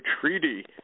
treaty